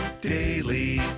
daily